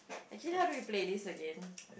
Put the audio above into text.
actually how do we play this again